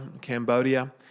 Cambodia